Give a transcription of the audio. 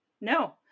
No